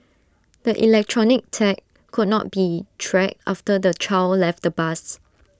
the electronic tag could not be tracked after the child left the bus